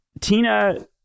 Tina